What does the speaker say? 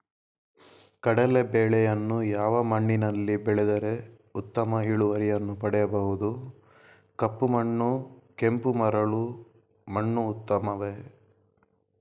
ಕಡಲೇ ಬೆಳೆಯನ್ನು ಯಾವ ಮಣ್ಣಿನಲ್ಲಿ ಬೆಳೆದರೆ ಉತ್ತಮ ಇಳುವರಿಯನ್ನು ಪಡೆಯಬಹುದು? ಕಪ್ಪು ಮಣ್ಣು ಕೆಂಪು ಮರಳು ಮಣ್ಣು ಉತ್ತಮವೇ?